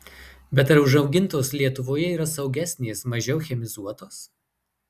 bet ar užaugintos lietuvoje yra saugesnės mažiau chemizuotos